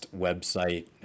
website